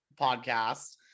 podcast